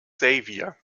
saviour